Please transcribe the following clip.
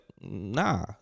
Nah